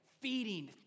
feeding